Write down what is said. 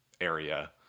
area